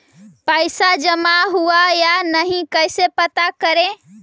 पैसा जमा हुआ या नही कैसे पता करे?